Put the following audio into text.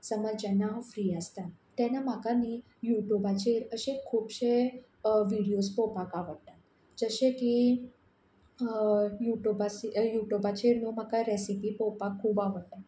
समज जेन्ना हांव फ्री आसता तेन्ना म्हाका न्ही युटुबाचेर अशे खुबशे विडयोज पळोवपाक आवडटात जशे की युटुबास् युटुबाचेर न्हू म्हाका रॅसिपी पळोवपाक खूब आवडटा